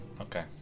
Okay